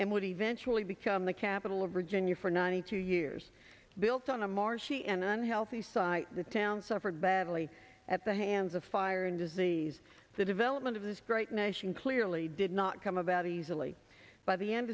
and would eventually become the capital of virginia for ninety two years built on a marshy and unhealthy side the town suffered badly at the hands of fire and disease the development of this great nation clearly did not come about easily by the end